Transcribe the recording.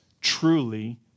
truly